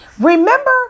Remember